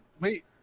Wait